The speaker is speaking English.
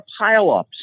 pileups